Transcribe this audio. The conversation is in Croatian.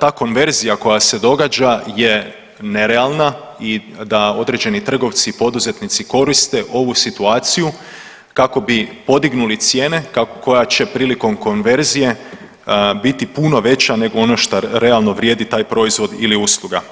ta konverzija koja se događa je nerealna i da određeni trgovci, poduzetnici koriste ovu situaciju kako bi podignuli cijene koja će prilikom konverzije biti puno veća nego ono što realno vrijedi taj proizvod ili usluga.